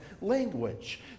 language